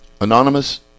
anonymous